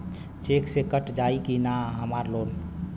Check से cut जाई की ना हमार लोन?